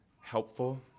helpful